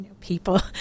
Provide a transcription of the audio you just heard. people